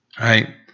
right